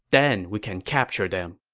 then we can capture them.